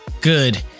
good